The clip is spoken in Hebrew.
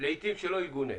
שלעתים לא יגונה.